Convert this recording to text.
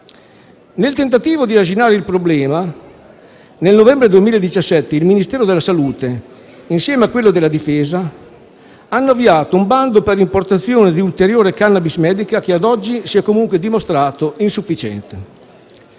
Nel tentativo di arginare il problema, nel novembre 2017 il Ministero della salute, insieme a quello della difesa, hanno avviato un bando per l'importazione di ulteriore *cannabis* medica, che ad oggi si è comunque dimostrato insufficiente.